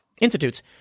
Institutes